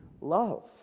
love